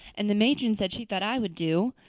and the matron said she thought i would do.